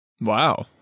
Wow